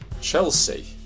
Chelsea